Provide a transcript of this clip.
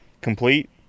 complete